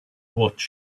watch